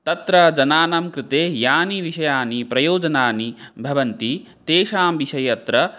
तत्र जनानां कृते यानि विषयाणि प्रयोजनानि भवन्ति तेषां विषये अत्र